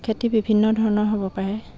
খেতি বিভিন্ন ধৰণৰ হ'ব পাৰে